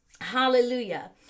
Hallelujah